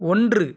ஒன்று